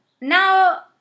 Now